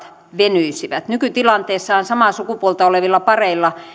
venyisivät nykytilanteessahan samaa sukupuolta olevilla pareilla